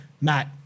Matt